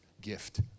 gift